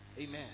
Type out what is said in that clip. Amen